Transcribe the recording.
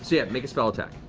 yeah make a spell attack.